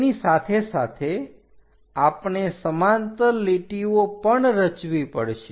તેની સાથે સાથે આપણે સમાંતર લીટીઓ પણ રચવી પડશે